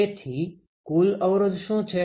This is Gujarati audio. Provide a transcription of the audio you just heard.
તેથી કુલ અવરોધ શું છે